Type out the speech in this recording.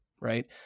right